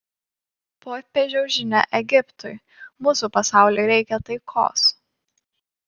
popiežiaus žinia egiptui mūsų pasauliui reikia taikos